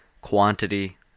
quantity